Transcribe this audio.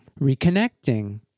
reconnecting